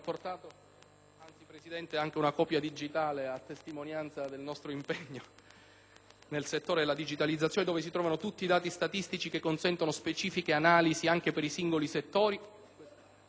ne consegno anche una copia digitale che testimonia il nostro impegno nel settore della digitalizzazione - che contiene tutti i dati statistici che consentono specifiche analisi, anche per i singoli settori,